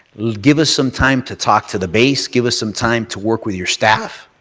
give us some time to talk to the base. give us some time to work with your staff.